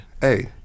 Hey